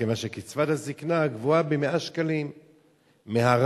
כיוון שקצבת הזיקנה גבוהה ב-100 שקלים מהרף